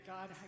God